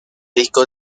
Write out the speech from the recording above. disco